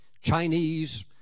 Chinese